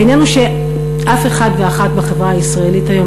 העניין הוא שאף אחת ואחד בחברה הישראלית היום